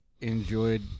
enjoyed